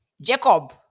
Jacob